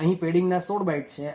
અહી પેડીંગ ના ૧૬ બાઈટ છે